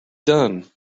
done